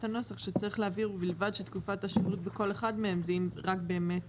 הנוסח שצריך להעביר ובלבד שתקופת השינוי בכל אחד מהם זה אם רק באמת